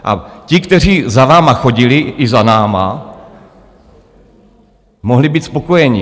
A ti, kteří za vámi chodili, i za námi, mohli být spokojeni.